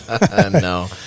No